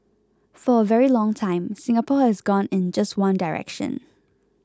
for a very long time Singapore has gone in just one direction